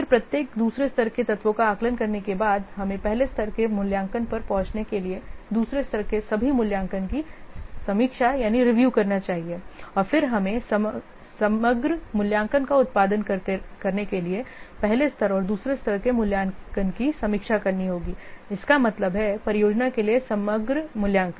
फिर प्रत्येक दूसरे स्तर के तत्वों का आकलन करने के बाद हमें पहले स्तर के मूल्यांकन पर पहुंचने के लिए दूसरे स्तर के सभी मूल्यांकन की रिव्यू करनी चाहिए और फिर हमें समग्र मूल्यांकन का उत्पादन करने के लिए पहले स्तर और दूसरे स्तर के मूल्यांकन की रिव्यू करनी होगी इसका मतलब है परियोजना के लिए समग्र मूल्यांकन